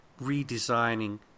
redesigning